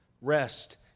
Rest